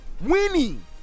Winning